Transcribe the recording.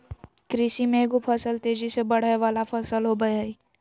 कृषि में एगो फसल तेजी से बढ़य वला फसल होबय हइ